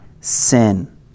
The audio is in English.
sin